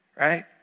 Right